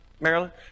Maryland